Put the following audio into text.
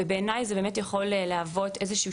אז בעיניי זה באמת יכול להוות איזה שהוא